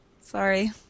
sorry